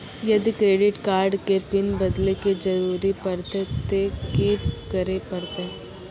यदि credit card के PIN बदले के जरूरी परतै ते की करे परतै?